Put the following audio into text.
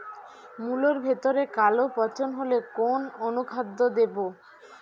মুলোর ভেতরে কালো পচন হলে কোন অনুখাদ্য দেবো?